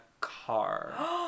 car